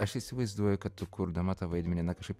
aš įsivaizduoju kad tu kurdama tą vaidmenį na kažkaip